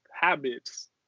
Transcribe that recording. habits